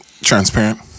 Transparent